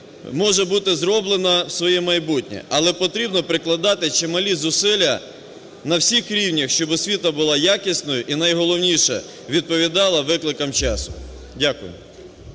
може бути зроблена у своє майбутнє. Але потрібно прикладати чималі зусилля на всіх рівнях, щоб освіта була якісною, і найголовніше – відповідала викликам часу. Дякую.